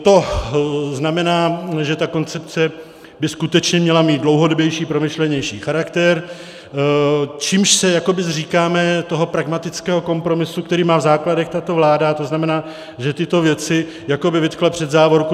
To znamená, že ta koncepce by skutečně měla mít dlouhodobější, promyšlenější charakter, čímž se jakoby zříkáme toho pragmatického kompromisu, který má v základech tato vláda, to znamená, že tyto věci jakoby vytkla před závorku.